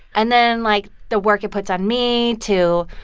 and then, like, the work it puts on me to,